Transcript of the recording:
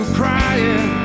crying